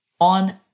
on